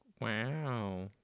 Wow